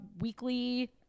weekly